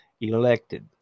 elected